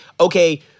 okay